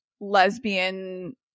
lesbian